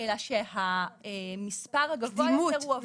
אלא שהמספר הגבוה יותר הוא ימי החופשה.